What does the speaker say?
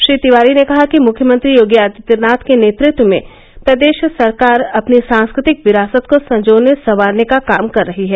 श्री तिवारी ने कहा कि मुख्यमंत्री योगी आदित्यनाथ के नेतृत्व में प्रदेश सरकार अपनी सांस्कृतिक विरासत को संजोने संवारने का काम कर रही है